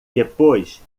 depois